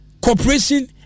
cooperation